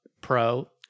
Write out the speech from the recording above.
pro